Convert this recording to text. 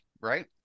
right